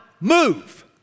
move